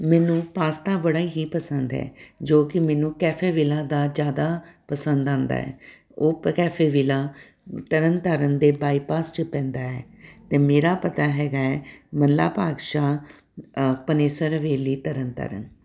ਮੈਨੂੰ ਪਾਸਤਾ ਬੜਾ ਹੀ ਪਸੰਦ ਹੈ ਜੋ ਕਿ ਮੈਨੂੰ ਕੈਫੇ ਵਿਲਾ ਦਾ ਜ਼ਿਆਦਾ ਪਸੰਦ ਆਉਂਦਾ ਹੈ ਉਹ ਕੈਫੇ ਵਿਲਾ ਤਰਨਤਾਰਨ ਦੇ ਬਾਈਪਾਸ ਚ ਪੈਂਦਾ ਹੈ ਅਤੇ ਮੇਰਾ ਪਤਾ ਹੈਗਾ ਮੱਲਾ ਭਾਗ ਸ਼ਾਹ ਪਨੇਸਰ ਹਵੇਲੀ ਤਰਨਤਾਰਨ